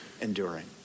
Enduring